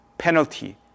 Penalty